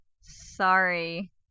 sorry